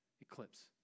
eclipse